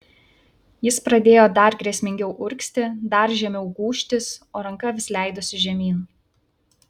jis pradėjo dar grėsmingiau urgzti dar žemiau gūžtis o ranka vis leidosi žemyn